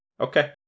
Okay